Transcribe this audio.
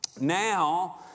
Now